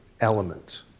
element